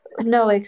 no